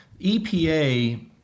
EPA